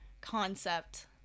concept